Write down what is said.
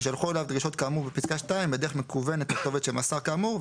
יישלחו אליו דרישות כאמור בפסקה (2) בדרך מקוונת לכתובת שמסר כאמור,